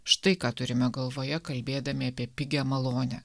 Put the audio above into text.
štai ką turime galvoje kalbėdami apie pigią malonę